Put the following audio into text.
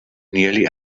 nearly